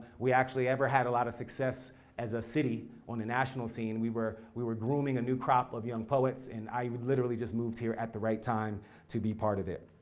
we actually ever had a lot of success as a city on a national scene. we were we were grooming a new crop of young poets, and i literally, just moved here at the right time to be part of it.